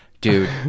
Dude